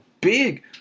Big